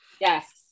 Yes